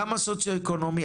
גם הסוציואקונומי,